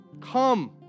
come